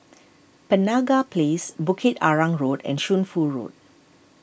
Penaga Place Bukit Arang Road and Shunfu Road